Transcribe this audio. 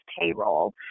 payroll